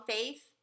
faith